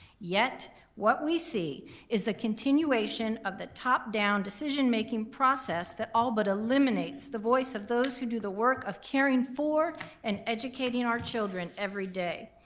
yet what we see is the continuation of the top-down decision making process that all but eliminates the voice of those who do the work of caring for and educating our children every day.